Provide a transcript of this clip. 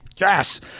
yes